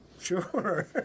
Sure